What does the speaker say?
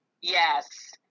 Yes